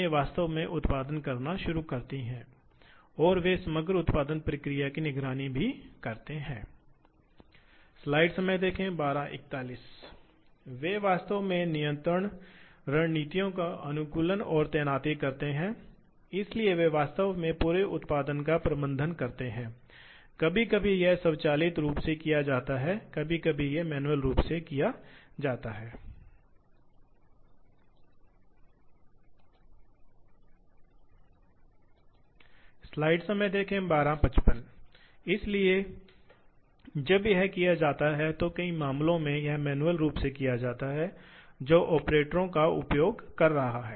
तो वास्तव में इन मशीनों यह जल्द ही विकसित किया गया था यह जल्द ही समझ में आ गया था कि प्राप्त करने के लिए बहुत सी चीजें हैं अगर हम मशीनों का सटीक उपयोग करके नियंत्रित कर सकते हैं तो आप डिजिटल तकनीकों को जानते हैं और अंत में कंप्यूटर जैसे घटकों जैसे कि विशेष रूप से माइक्रोप्रोसेसर हो सकते हैं इसके लिए हस्तक्षेप किया गया है इसलिए इस तरह के नियंत्रक मशीन के बहुत सटीक नियंत्रण का कारण बनेंगे जो आमतौर पर एक मैनुअल ऑपरेटर द्वारा संभव नहीं है